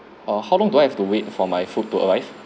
err how long do I have to wait for my food to arrive